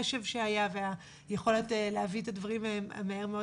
גם מבחינת הקשב שהיה והיכולת להביא את הדברים מהר מאוד